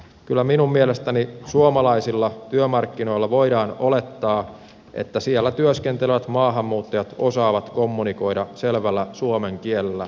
kyllä minun mielestäni suomalaisilla työmarkkinoilla voidaan olettaa että siellä työskentelevät maahanmuuttajat osaavat kommunikoida selvällä suomen kielellä